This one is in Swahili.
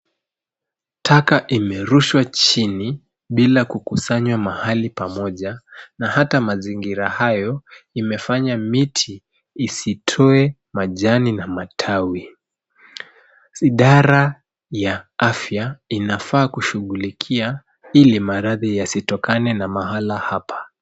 Taka imerushwa chini bila kukusanywa mahali pamoja na hata mazingira hayo imefanya miti isitoe majani na matawi. Idara ya afya inafaa kushuugulikia ili maradhi yasitokane na mahala hapa.